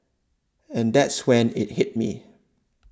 and that's when it hit me